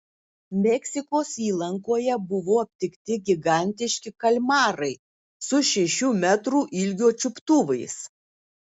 meksikos įlankoje buvo aptikti gigantiški kalmarai su šešių metrų ilgio čiuptuvais